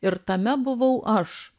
ir tame buvau aš